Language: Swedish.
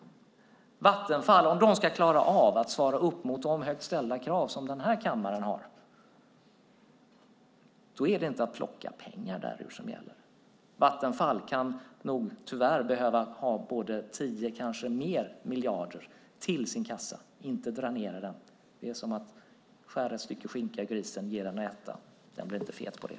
Om Vattenfall ska klara av att svara upp mot de högt ställda krav som den här kammaren har är det inte att plocka pengar därur som gäller. Vattenfall kan nog, tyvärr, behöva ha både 10 och kanske fler miljarder till sin kassa, inte dränera den. Det är som att skära ett stycke skinka från grisen att ge den att äta, den blir inte fet på det.